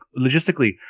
logistically